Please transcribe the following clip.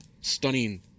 stunning